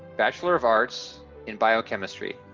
bachelor of arts in biochemistry.